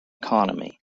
economy